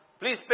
Please